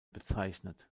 bezeichnet